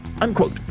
unquote